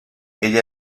ella